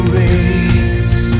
raise